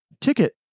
ticket